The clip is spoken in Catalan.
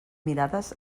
mirades